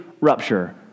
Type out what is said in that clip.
rupture